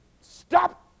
Stop